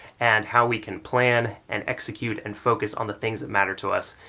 and how we can plan, and execute, and focus on the things that matter to us,